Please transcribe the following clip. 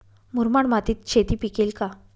मुरमाड मातीत शेती पिकेल का?